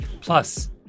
Plus